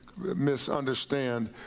misunderstand